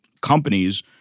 companies